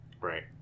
Right